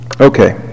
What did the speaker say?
Okay